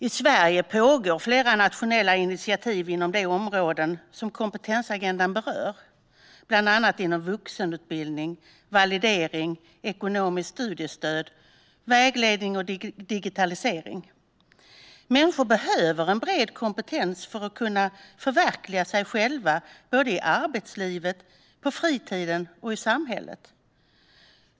I Sverige pågår flera nationella initiativ inom de områden som kompetensagendan berör, bland annat inom vuxenutbildning, validering, ekonomiskt studiestöd, vägledning och digitalisering. Människor behöver en bred kompetens för att kunna förverkliga sig själva såväl i arbetslivet som på fritiden och i samhället.